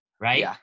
right